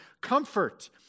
Comfort